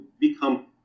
become